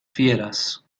fieras